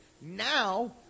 now